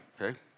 okay